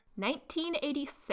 1986